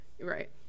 Right